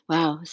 Wow